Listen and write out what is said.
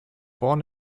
born